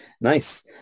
Nice